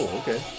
okay